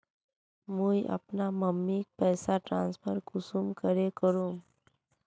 मुई अपना मम्मीक पैसा ट्रांसफर कुंसम करे करूम?